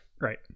Right